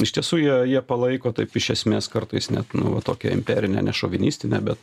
iš tiesų jie jie palaiko taip iš esmės kartais net nu va tokią imperinę ne šovinistinę bet